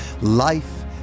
Life